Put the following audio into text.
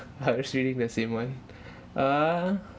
I was reading the same one ah